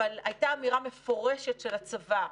אבל הייתה אמירה מפורשת של הצבא,